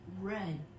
red